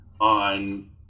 on